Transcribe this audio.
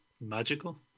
magical